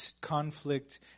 conflict